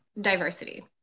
diversity